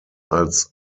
als